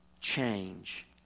change